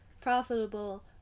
profitable